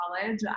college